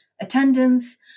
attendance